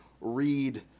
read